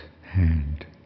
hand